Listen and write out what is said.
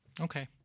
Okay